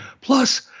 Plus